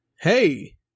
Hey